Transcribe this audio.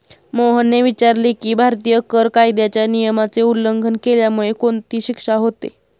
मोहनने विचारले की, भारतीय कर कायद्याच्या नियमाचे उल्लंघन केल्यामुळे कोणती शिक्षा होते?